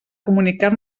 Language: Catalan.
comunicar